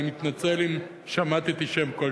אני מתנצל אם שמטתי שם כלשהו,